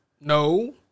No